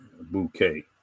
bouquet